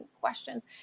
questions